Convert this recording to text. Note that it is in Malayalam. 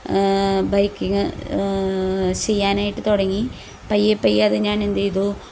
ബൈക്കിങ്ങ് ചെയ്യാനായിട്ട് തുടങ്ങി പയ്യെപ്പയ്യെ അത് ഞാൻ എന്ത് ചെയ്തു